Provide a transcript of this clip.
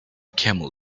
camel